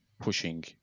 pushing